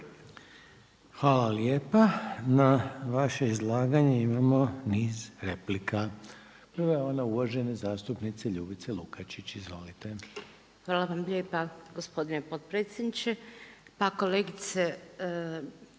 Hvala lijepa. Na vaše izlaganje imamo niz replika. Prva je ona uvažene zastupnice Ljubice Lukačić. Izvolite. **Lukačić, Ljubica (HDZ)** Hvala vam lijepa gospodine potpredsjedniče. Pa kolegice,